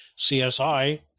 CSI